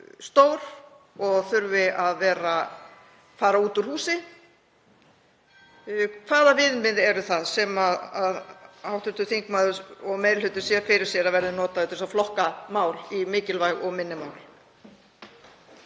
stór og þurfi að fara út úr húsi. Hvaða viðmið eru það sem hv. þingmaður og meiri hlutinn sér fyrir sér að verði notuð til að flokka mál í mikilvæg og minni mál?